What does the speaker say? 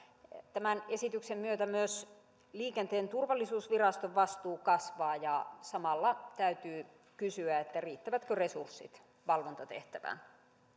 tämän esityksen myötä myös liikenteen turvallisuusviraston vastuu kasvaa ja samalla täytyy kysyä riittävätkö resurssit valvontatehtävään